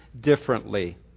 differently